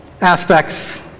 aspects